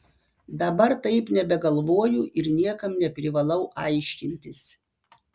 dabar taip nebegalvoju ir niekam neprivalau aiškintis